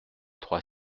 trois